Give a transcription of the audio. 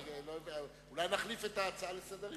אני לא יודע, אולי נחליף את ההצעה לסדר-היום.